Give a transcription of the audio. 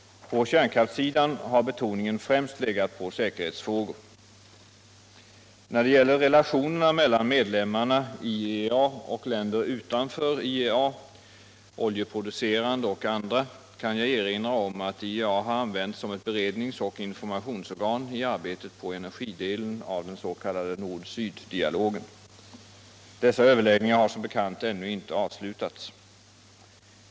På kärnkraftssidan har betoningen främst legat på säkerhetsfrågor. När det gäller relationerna mellan medlemmarna i IEA och länder utanför IEA — oljeproducerande och andra — kan jag erinra om att IEA har använts som ett beredningsoch informationsorgan i arbetet på energidelen av den s.k. nord-syddialogen. Dessa överläggningar har som bekant ännu inte avslutats.